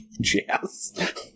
jazz